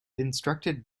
instructed